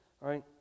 right